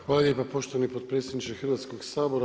Hvala lijepo poštovani potpredsjedniče Hrvatskog sabora.